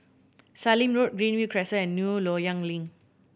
Sallim Road Greenview Crescent and New Loyang Link